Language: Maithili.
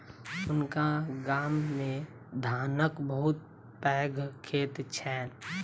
हुनका गाम मे धानक बहुत पैघ खेत छैन